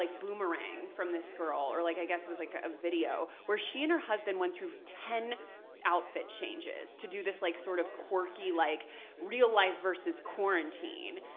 like boomerang from this girl, or like i guess it was like a video, where she and her husband went through ten outfit changes to do this like sort of quirky like real life versus quarantine.